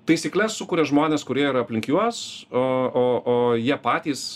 taisykles sukuria žmonės kurie yra aplink juos o o o jie patys